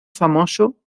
famoso